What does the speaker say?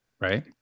Right